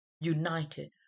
united